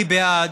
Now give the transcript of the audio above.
אני בעד